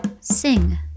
sing